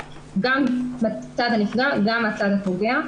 גם בצד הנפגע וגם מהצד הפוגע.